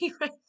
right